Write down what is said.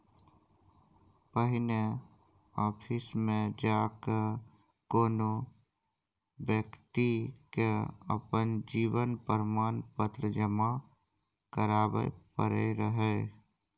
पहिने आफिसमे जा कए कोनो बेकती के अपन जीवन प्रमाण पत्र जमा कराबै परै रहय